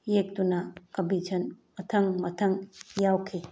ꯌꯦꯛꯇꯨꯅ ꯀꯝꯄꯤꯇꯤꯁꯟ ꯃꯊꯪ ꯃꯊꯪ ꯌꯥꯎꯈꯤ